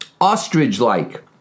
ostrich-like